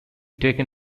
taken